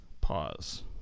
pause